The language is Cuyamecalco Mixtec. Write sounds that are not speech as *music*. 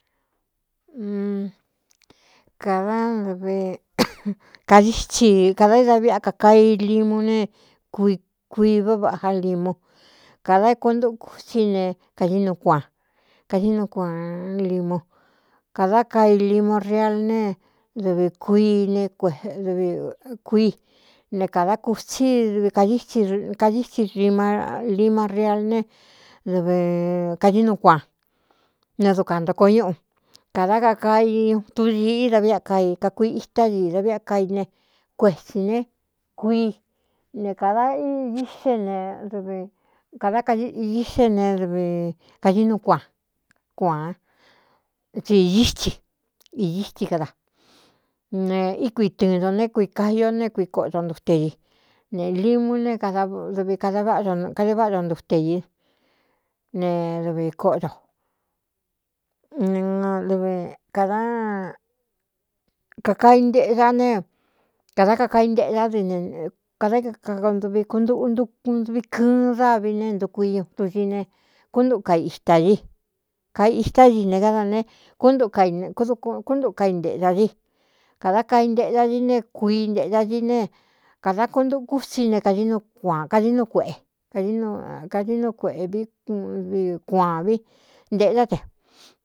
*hesitation* Kāda dvi *noise* kādítsi kādā ida viꞌa kakaa ilimu ne kuiváꞌvaꞌá limu kāda é kuntukú sí ne kadi nuu kuaan kaɨ nuu kua limu kādá kaailimu real ne dɨvi kuii e dvi kuíi ne kādá kutsídvi kādítsi kadítsi rima lima real ne vkadí nuu kuan ne dukuā ntoko ñúꞌu kādá kakaa ñu tudi ída viꞌa kaa i kakui itá di ida viꞌa ka ine kuetsī ne kuii ne kāda dixe ne dvikādá kadíxe ne kai nuu kuaan kuāān tsi iítsi iítsi ka da ne íkui tɨɨn to né kui kaio né kui koꞌ do ntute i neꞌ limu ne dvi kāda vꞌkadeváꞌa do ntute í ne dɨvī koꞌodo *hesitation* kdakakaai nteꞌda ne kādá kakaai nteꞌe dá kada kaduvi kuntuꞌukuvi kɨɨn dávi ne ntuku iñu dusi ne kúntu ka itā dí kaistá di ne gáda ne kkakúntuꞌu ka i nteꞌda di kādá kaai nteꞌe da di ne kui nteꞌda dí ne kādā kuntukú si ne kaikankadi núu kueꞌe kadi nú kueꞌē vivi kuan vi nteꞌetá de.